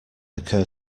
occur